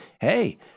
hey